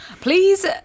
please